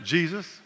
Jesus